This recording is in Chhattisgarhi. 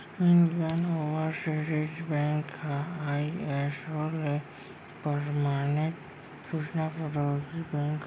इंडियन ओवरसीज़ बेंक ह आईएसओ ले परमानित सूचना प्रौद्योगिकी बेंक हरय